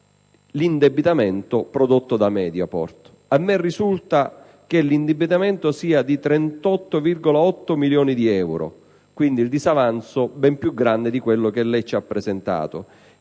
l'indebitamente prodotto da Mediaport. A me risulta infatti che questo sia di 38,8 milioni di euro - quindi, un disavanzo ben più grande di quello che lei ha presentato